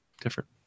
different